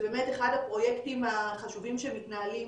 זה באמת אחד הפרויקטים החשובים שמתנהלים